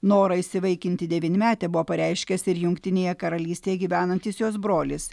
norą įsivaikinti devynmetę buvo pareiškęs ir jungtinėje karalystėje gyvenantis jos brolis